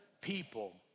people